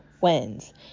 wins